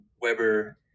Weber